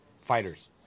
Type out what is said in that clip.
fighters